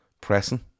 pressing